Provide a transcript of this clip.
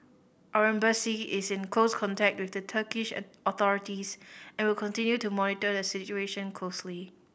our Embassy is in close contact with the Turkish an authorities and will continue to monitor the situation closely